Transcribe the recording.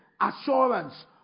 assurance